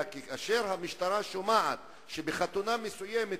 כאשר המשטרה שומעת שבחתונה מסוימת יורים,